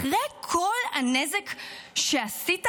אחרי כל הנזק שעשית,